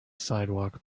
sidewalk